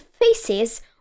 faces